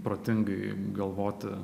protingai galvoti